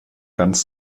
ganz